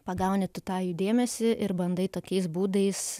pagauni tu tą jų dėmesį ir bandai tokiais būdais